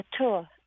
tour